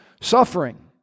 suffering